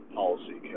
policy